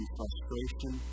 frustration